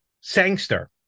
Sangster